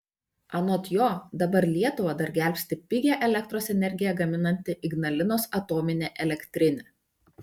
anot jo dabar lietuvą dar gelbsti pigią elektros energiją gaminanti ignalinos atominė elektrinė